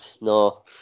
no